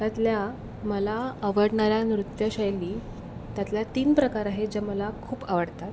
त्यातल्या मला आवडणाऱ्या नृत्यशैली त्यातल्या तीन प्रकार आहेत जे मला खूप आवडतात